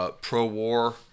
pro-war